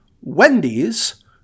Wendy's